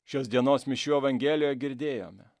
šios dienos mišių evangelioje girdėjome